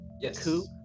Yes